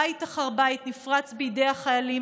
בית אחר בית נפרץ בידי החיילים.